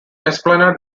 esplanade